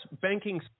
banking